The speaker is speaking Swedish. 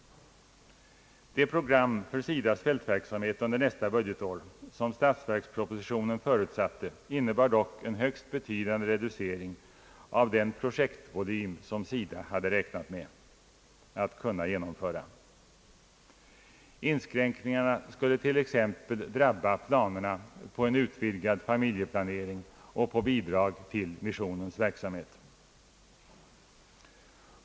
Det program för SIDA:s fältverksamhet under nästa budgetår som statsverkspropositionen förutsatte, innebar dock en högst betydande reducering av den projektvolym, som SIDA hade räknat med att kunna genomföra. Inskränkningarna skulle t.ex. drabba planerna på en utvidgad familjeplaneringsverksamhet och anslagen till missionen.